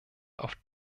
auf